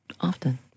often